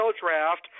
Draft